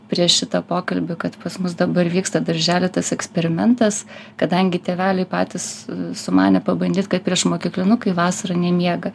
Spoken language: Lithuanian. prieš šitą pokalbį kad pas mus dabar vyksta daržely tas eksperimentas kadangi tėveliai patys sumanė pabandyt kad priešmokyklinukai vasarą nemiega